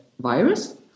virus